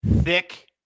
Thick